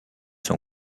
son